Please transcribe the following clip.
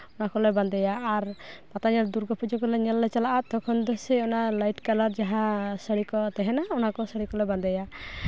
ᱚᱱᱟ ᱠᱚᱞᱮ ᱵᱟᱸᱫᱮᱭᱟ ᱟᱨ ᱯᱟᱛᱟ ᱧᱮᱞ ᱫᱩᱨᱜᱟᱹ ᱯᱩᱡᱟᱹ ᱠᱚᱞᱮ ᱧᱮᱞ ᱞᱮ ᱪᱟᱞᱟᱜᱼᱟ ᱛᱚᱠᱷᱚᱱ ᱫᱚᱥᱮ ᱚᱱᱟ ᱞᱟᱭᱤᱴ ᱠᱟᱞᱟᱨ ᱡᱟᱦᱟᱸ ᱥᱟᱹᱲᱤ ᱠᱚ ᱛᱟᱦᱮᱱᱟ ᱚᱱᱟᱠᱚ ᱥᱟᱹᱲᱤ ᱠᱚᱞᱮ ᱵᱟᱸᱫᱮᱭᱟ